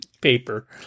paper